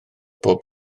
bob